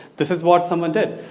this is what someone did.